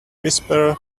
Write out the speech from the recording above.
whisper